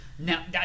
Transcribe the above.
Now